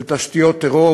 של תשתיות טרור,